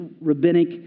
rabbinic